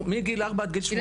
מגיל 4 עד גיל 18,